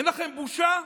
אין לכם בושה?